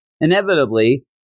inevitably